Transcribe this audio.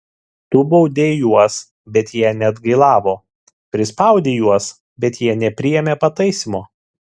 tu baudei juos bet jie neatgailavo prispaudei juos bet jie nepriėmė pataisymo